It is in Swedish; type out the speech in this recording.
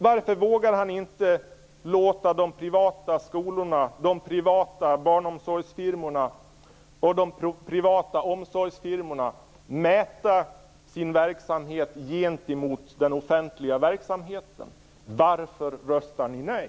Varför vågar han inte låta de privata skolorna, de privata barnomsorgsfirmorna och de privata omsorgsfirmorna mäta sin verksamhet gentemot den offentliga verksamheten? Varför röstar ni nej?